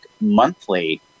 monthly